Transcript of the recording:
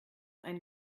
ein